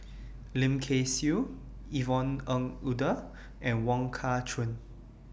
Lim Kay Siu Yvonne Ng Uhde and Wong Kah Chun